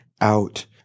out